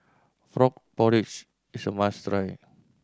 frog porridge is a must try